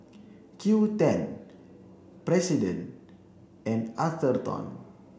Q ten President and Atherton